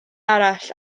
arall